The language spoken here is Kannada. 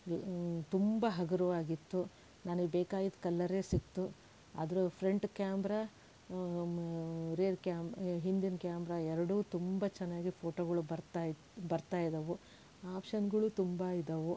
ತುಂಬ ಹಗುರವಾಗಿತ್ತು ನನಗೆ ಬೇಕಾಗಿದ್ದು ಕಲರೇ ಸಿಕ್ತು ಆದರೂ ಫ್ರಂಟ್ ಕ್ಯಾಮ್ರ ರೇರ್ ಕ್ಯಾಮ್ ಹಿಂದಿನ ಕ್ಯಾಮ್ರ ಎರಡೂ ತುಂಬ ಚೆನ್ನಾಗೆ ಫೋಟೋಗಳು ಬರ್ತಾಯಿತ್ತು ಬರ್ತಾಯಿದ್ದವು ಆಪ್ಷನ್ಗಳು ತುಂಬ ಇದ್ದವು